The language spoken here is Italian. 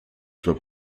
suo